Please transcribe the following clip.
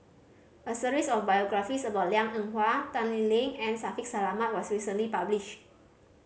a series of biographies about Liang Eng Hwa Tan Lee Leng and Shaffiq Selamat was recently publish